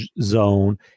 zone